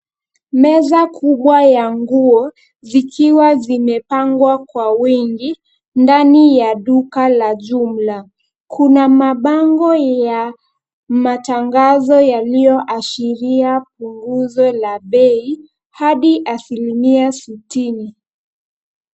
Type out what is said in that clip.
Meza kubwa ya nguo zikiwa zimepangwa kwa wingi ndani ya duka la jumla. Kuna mabango ya matangazo yaliyoashiria punguzo la bei hadi 60%.